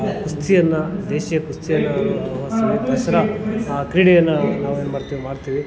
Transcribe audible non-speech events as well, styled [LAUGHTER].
ಕುಸ್ತಿಯನ್ನು ದೇಶಿಯ ಕುಸ್ತಿಯನ್ನು [UNINTELLIGIBLE] ದಸರಾ ಆ ಕ್ರೀಡೆಯನ್ನು ನಾವೇನ್ಮಾಡ್ತೀವಿ ಮಾಡ್ತೀವಿ